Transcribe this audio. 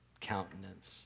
countenance